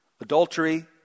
adultery